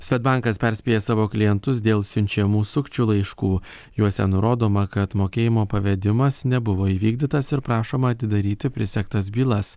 svedbankas perspėja savo klientus dėl siunčiamų sukčių laiškų juose nurodoma kad mokėjimo pavedimas nebuvo įvykdytas ir prašoma atidaryti prisegtas bylas